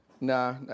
Nah